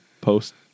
post